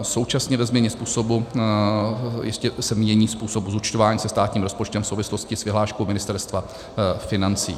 Současně ve změně způsobu se mění způsob zúčtování se státním rozpočtem v souvislosti s vyhláškou Ministerstva financí.